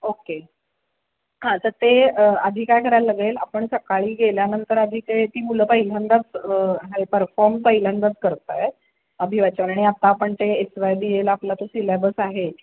okay हां तर ते आधी काय करायला लागेल आपण सकाळी गेल्यानंतर आधी ते ती मुलं पहिल्यांदाच हाय परफॉर्म पहिल्यांदाच करत आहेत अभिवाचन आणि आता आपण ते एस वाय बी एला आपला तो सिलॅबस आहे